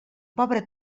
pobra